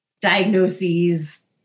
diagnoses